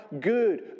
good